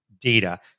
data